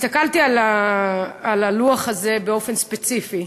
הסתכלתי על הלוח הזה באופן ספציפי